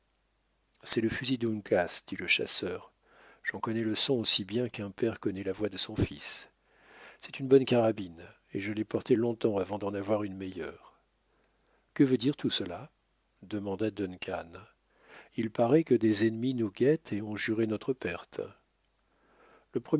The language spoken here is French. c'est le fusil d'uncas dit le chasseur j'en connais le son aussi bien qu'un père connaît la voix de son fils c'est une bonne carabine et je l'ai portée longtemps avant d'en avoir une meilleure que veut dire tout cela demanda duncan il paraît que des ennemis nous guettent et ont juré notre perte